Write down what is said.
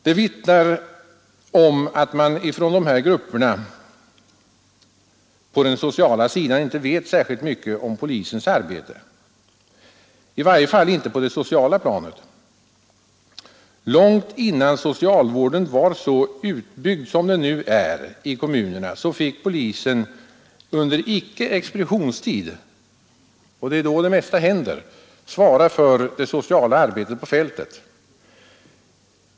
Det vittnar om att dessa grupper inte vet särskilt mycket om polisens arbete, i varje fall inte på det sociala planet. Långt innan socialvården var så utbyggd som den nu är i kommunerna fick polisen under icke expeditionstid — då det mesta händer — svara för det sociala arbetet på fältet.